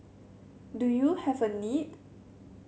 do you have a need